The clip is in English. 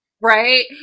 right